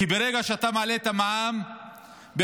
כי ברגע שאתה מעלה את המע"מ ב-1%,